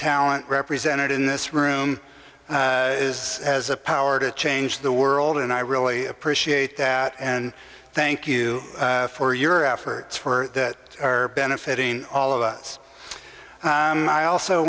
talent represented in this room is as a power to change the world and i really appreciate that and thank you for your efforts for that are benefiting all of us i also